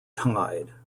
tide